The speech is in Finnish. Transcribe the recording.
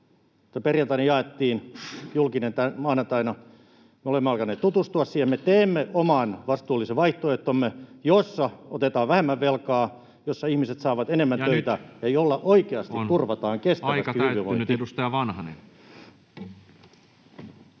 perjantaina, oli julkinen maanantaina. Me olemme alkaneet tutustua siihen. Me teemme oman vastuullisen vaihtoehtomme, jossa otetaan vähemmän velkaa, jossa ihmiset saavat enemmän töitä [Puhemies: Ja nyt on aika täyttynyt!] ja jolla oikeasti turvataan kestävästi hyvinvointi.